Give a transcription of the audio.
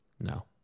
No